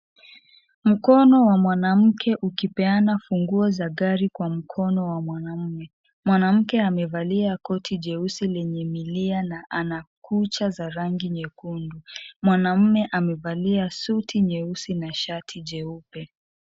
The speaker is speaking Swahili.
Mkono wa mwanamke ukipeana funguo za gari kwa mkono wa mwanamme. Mwanamke amevalia koti jeusi lenye milia na ana kucha za rangi nyekundu. Mwanamme amevalia suti jeusi na shati nyeupe.